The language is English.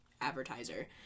advertiser